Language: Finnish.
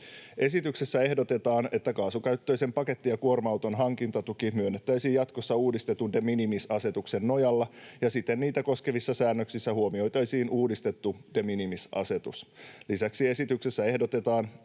Esityksessä ehdotetaan, että kaasukäyttöisen paketti- ja kuorma-auton hankintatuki myönnettäisiin jatkossa uudistetun de minimis ‑asetuksen nojalla ja siten niitä koskevissa säännöksissä huomioitaisiin uudistettu de minimis ‑asetus. Lisäksi esityksessä ehdotetaan,